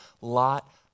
lot